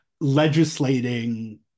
legislating